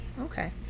okay